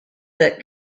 that